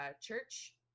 church